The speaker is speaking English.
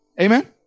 Amen